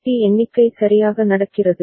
D எண்ணிக்கை சரியாக நடக்கிறது